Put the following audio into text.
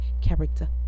character